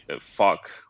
fuck